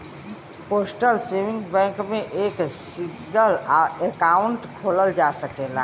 postal saving bank में एक single account खोलल जा सकला